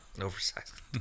Oversized